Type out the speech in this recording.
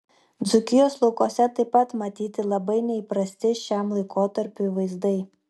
dzūkijos laukuose taip pat matyti labai neįprasti šiam laikotarpiui vaizdai